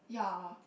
ya